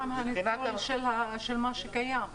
מה עם הניצול של מה שקיים?